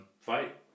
fight